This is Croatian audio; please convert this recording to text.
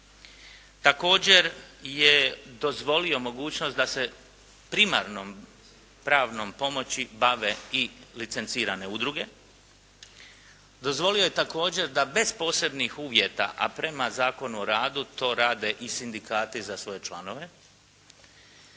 Također je dozvolio mogućnost da se primarnom pravnom pomoći bave i licencirane udruge. Dozvolio je također da bez posebnih uvjeta, a prema Zakonu o radu, to rade i sindikati za svoje članove.